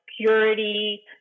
purity